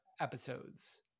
episodes